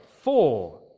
four